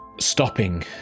stopping